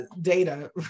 data